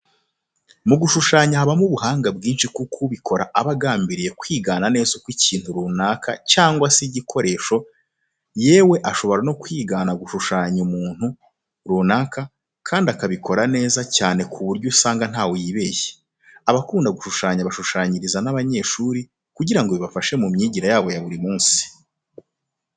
Mu gushushanya habamo ubuhanga bwinshi kuko ubikora aba agambiriye kwigana neza uko ikintu runaka cyangwa se igikoresho, yewe ashobora no kwigana gushushanya umuntu runaka kandi akabikora neza cyane ku buryo usanga ntaho yibeshe. Abakunda gushushanya bashushanyiriza n'abanyeshuri kugira ngo bibafashe mu myigire yabo ya buri munsi.